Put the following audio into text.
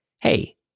Hey